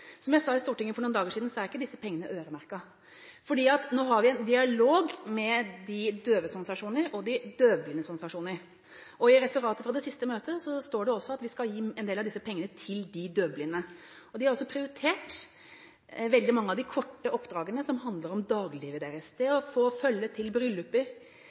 Som jeg sa i Stortinget for noen dager siden, er ikke disse pengene øremerket. Nå har vi en dialog med de døves organisasjoner og de døvblindes organisasjoner, og i referatet fra det siste møtet står det at vi skal gi en del av disse pengene til de døvblinde. De har også prioritert – veldig mange av dem – de korte oppdragene som handler om dagliglivet deres, det å få følge til